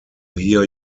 hear